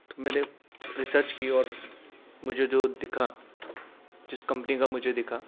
تو میں نے ریسرچ کی اور مجھے جو دکھا جس کمپنی کا مجھے دکھا